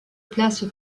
place